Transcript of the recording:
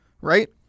Right